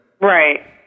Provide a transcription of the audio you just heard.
Right